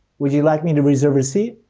would you like me to reserve a seat?